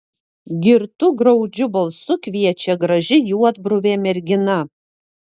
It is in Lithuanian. girtu graudžiu balsu kviečia graži juodbruvė mergina